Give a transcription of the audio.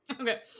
Okay